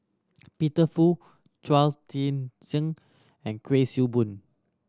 Peter Fu Chao Tzee Cheng and Kuik Swee Boon